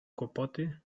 kłopoty